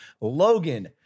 logan